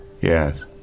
Yes